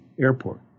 airport